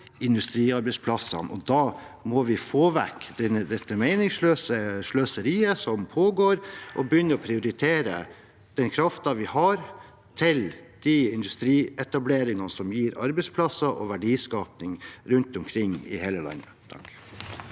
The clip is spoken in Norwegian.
industriarbeidsplassene. Da må vi få vekk dette meningsløse sløseriet som pågår, og begynne å prioritere den kraften vi har, til de industrietableringene som gir arbeidsplasser og verdiskaping rundt omkring i hele landet.